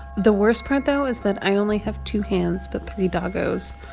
the worst part, though, is that i only have two hands but three doggos.